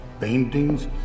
paintings